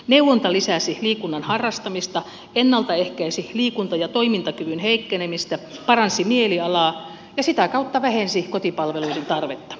neuvonta lisäsi liikunnan harrastamista ennalta ehkäisi liikunta ja toimintakyvyn heikkenemistä paransi mielialaa ja sitä kautta vähensi kotipalveluiden tarvetta